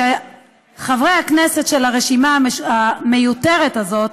שחברי הכנסת של הרשימה המיותרת הזאת,